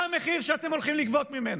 מה המחיר שאתם הולכים לגבות ממנו?